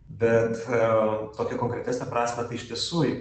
bet tokią konkretesnę prasmę iš tiesų